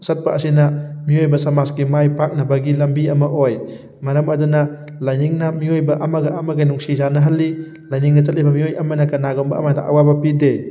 ꯆꯠꯄ ꯑꯁꯤꯅ ꯃꯤꯑꯣꯏꯕ ꯁꯃꯥꯖꯀꯤ ꯃꯥꯏ ꯄꯥꯛꯅꯕꯒꯤ ꯂꯝꯕꯤ ꯑꯃ ꯑꯣꯏ ꯃꯔꯝ ꯑꯗꯨꯅ ꯂꯥꯏꯅꯤꯡꯅ ꯃꯤꯑꯣꯏꯕ ꯑꯃꯒ ꯑꯃꯒ ꯅꯨꯡꯁꯤ ꯆꯥꯟꯅꯍꯜꯂꯤ ꯂꯥꯏꯅꯤꯡꯗ ꯆꯠꯂꯤꯕ ꯃꯤꯑꯣꯏ ꯑꯃꯅ ꯀꯅꯥꯒꯨꯝꯕ ꯑꯃꯗ ꯑꯋꯥꯕ ꯄꯤꯗꯦ